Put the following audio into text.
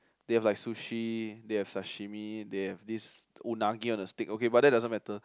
they have like sushi they have sashimi they have this unagi on the stick okay but that doesn't matter